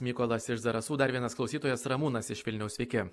mykolas iš zarasų dar vienas klausytojas ramūnas iš vilniaus sveiki